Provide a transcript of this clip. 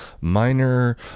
minor